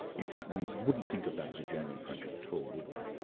in fact we wouldn't think of that as a genuine friendship at all, would we?